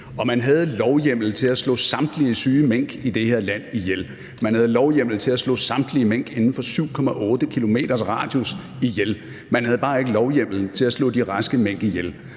Og man havde lovhjemmel til at slå samtlige syge mink i det her land ihjel. Man havde lovhjemmel til at slå samtlige mink inden for 7,8 km's radius ihjel. Man havde bare ikke lovhjemmelen til at slå de raske mink ihjel,